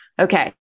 Okay